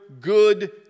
good